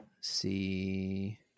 see